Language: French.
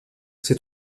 ces